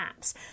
apps